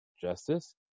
justice